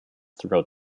throughout